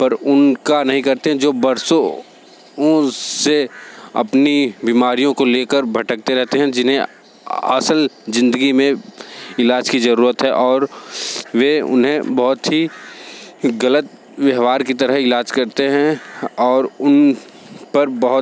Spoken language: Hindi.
पर उनका नहीं करते जो वर्षों उनसे अपनी बीमारियों को लेकर भटकते रहते हैं जिन्हें असल जिंदगी में इलाज़ की ज़रूरत है और वे उन्हें बहुत ही गलत व्यवहार की तरह इलाज़ करते हैं और उन पर बहुत